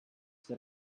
that